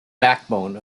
backbone